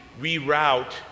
reroute